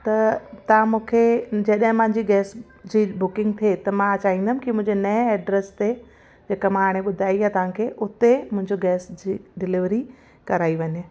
त तव्हां मूंखे जॾहिं मांजी गैस जी बुकिंग थिए त मां चाहींदमि कि मुंहिंजे नएं एड्रेस ते जेका मां हाणे ॿुधाई आहे तव्हांखे हुते मुंहिंजो गैस जी डिलेवरी कराई वञे